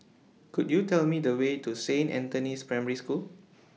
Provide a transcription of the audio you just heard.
Could YOU Tell Me The Way to Saint Anthony's Primary School